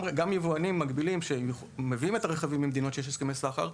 גם ליבואנים המקבילים שמביאים את הרכבים ממדינות שיש איתן הסכמי סחר,